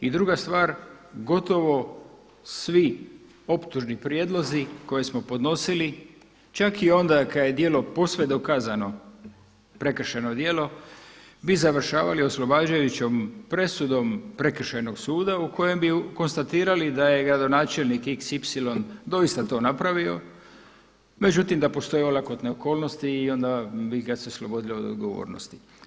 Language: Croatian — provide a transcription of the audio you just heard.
I druga stvar, gotovo svi optužni prijedlozi koje smo podnosili čak i onda kad je djelo posve dokazano, prekršajno djelo bi završavali oslobađajućom presudom prekršajnog suda u kojem bi konstatirali da je gradonačelnik xy doista to napravio, međutim da postoje olakotne okolnosti i onda bi ga se oslobodilo od odgovornosti.